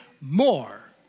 more